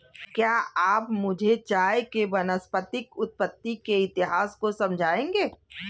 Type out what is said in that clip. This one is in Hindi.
क्या आप मुझे चाय के वानस्पतिक उत्पत्ति के इतिहास को समझाएंगे?